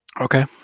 Okay